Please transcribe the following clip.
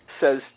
says